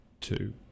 two